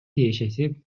тиешеси